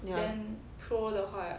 ya